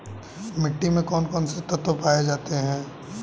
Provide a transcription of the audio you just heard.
मिट्टी में कौन कौन से तत्व पाए जाते हैं?